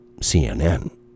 cnn